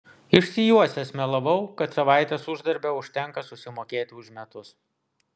išsijuosęs melavau kad savaitės uždarbio užtenka susimokėti už metus